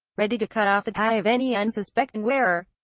ready to cut off the tie of any unsuspecting wearer.